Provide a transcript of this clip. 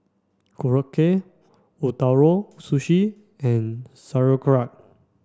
Korokke Ootoro Sushi and Sauerkraut